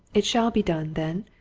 it shall be done, then.